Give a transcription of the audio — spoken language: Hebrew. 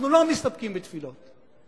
אנחנו לא מסתפקים בתפילות,